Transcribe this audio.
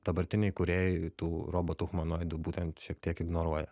dabartiniai kūrėjai tų robotų humanoidų būtent šiek tiek ignoruoja